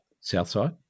Southside